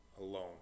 alone